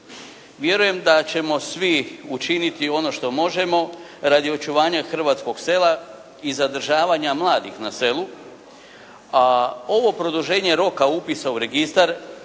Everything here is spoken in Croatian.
Vjerujem da ćemo svi učiniti ono što možemo radi očuvanja hrvatskog sela i zadržavanja mladih na selu, a ovo produženje roka upisa u registar